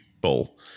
bowl